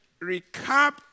recap